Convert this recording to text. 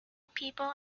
people